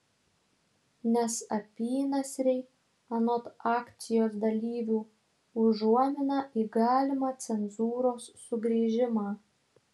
nes apynasriai anot akcijos dalyvių užuomina į galimą cenzūros sugrįžimą